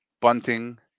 Bunting